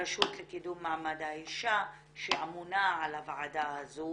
הרשות לקידום מעמד האישה שאמונה על הוועדה הזו